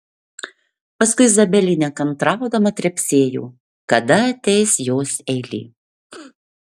paskui izabelė nekantraudama trepsėjo kada ateis jos eilė